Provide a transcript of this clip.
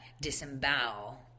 disembowel